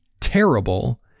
terrible